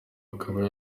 akaba